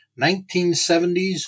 1970s